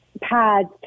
pads